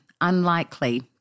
unlikely